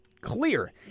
clear